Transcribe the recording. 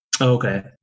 Okay